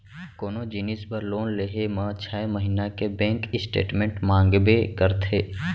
कोनो जिनिस बर लोन लेहे म छै महिना के बेंक स्टेटमेंट मांगबे करथे